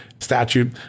Statute